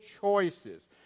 choices